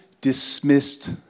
dismissed